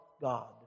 God